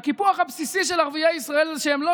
הקיפוח הבסיסי של ערביי ישראל זה שהם לא